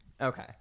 Okay